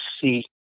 see